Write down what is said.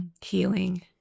Healing